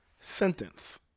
Sentence